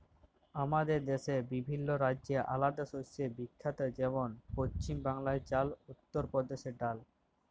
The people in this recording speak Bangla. আমাদের দ্যাশে বিভিল্ল্য রাজ্য আলেদা শস্যে বিখ্যাত যেমল পছিম বাংলায় চাল, উত্তর পরদেশে ডাল